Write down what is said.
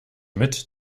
mit